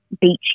beachy